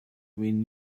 when